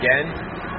again